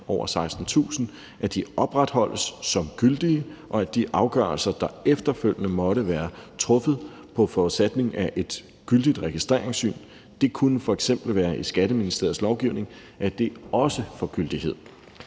over 16.000, opretholdes som gyldige, og at de afgørelser, der efterfølgende måtte være truffet under forudsætning af et gyldigt registreringssyn – det kunne f.eks. være i Skatteministeriets lovgivning – også får gyldighed.